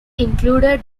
included